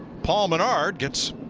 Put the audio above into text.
paul menard gets